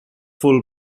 full